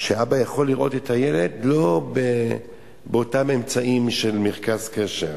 שאבא יוכל לראות את הילד לא באותם אמצעים של מרכז קשר.